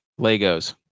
Legos